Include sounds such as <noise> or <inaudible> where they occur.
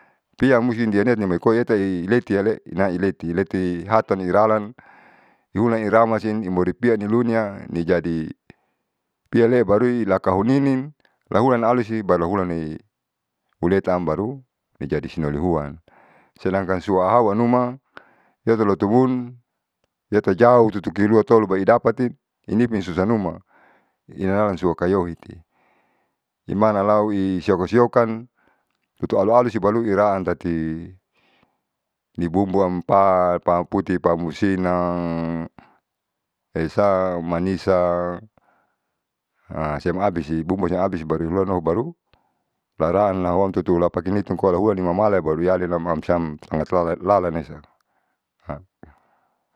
Lia musti i dia niat amaikoa eatailetiale naileti leti hataniralan uhulani ramasin imoripianilunia nijadi piale'e barui lakahunin lahulan laalusi kahonin lahulan laalusi baru lahulane uletaam baru ijadi sinoli huan sedangkan suahauanuma ieterlotomun yetajauh tutuki ruatolo ba'idapati ini pi susah numa inahalanso suakaoiti imanalau i sioko siokan tutu alu alu sibalu iraan tati nibumbuam pa paputi, pamusina esa aumanisa <hesitation> siam abisi bumbu kasih abis baru iruhanoho baru laran lahuam tutu lapakinitumkoalahuanimamala baru iyalenam am sam <unintelligible> lalenisa. <hesitation>